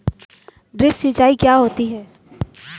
Drip सिंचाई क्या होती हैं?